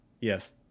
Yes